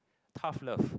tough love